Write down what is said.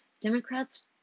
Democrats